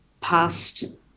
past